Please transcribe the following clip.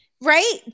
Right